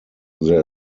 there